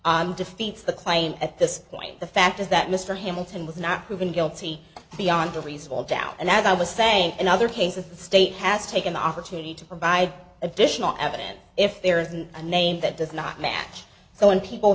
defeats the claim at this point the fact is that mr hamilton was not proven guilty beyond a reasonable doubt and i was saying in other cases the state has taken the opportunity to provide additional evidence if there isn't a name that does not match so in people